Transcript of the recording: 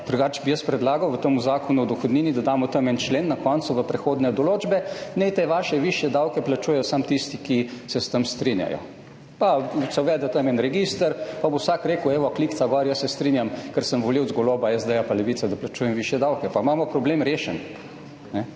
Drugače bi jaz predlagal v tem Zakonu o dohodnini, da damo tam en člen na koncu v prehodne določbe, naj te vaše višje davke plačujejo samo tisti, ki se s tem strinjajo, pa se uvede tam en register, pa bo vsak rekel: »Evo kljukica gor, jaz se strinjam, ker sem volivec Goloba, SD, Levica, da plačujem višje davke«, pa imamo problem rešen.